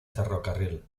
ferrocarril